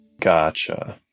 Gotcha